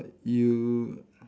you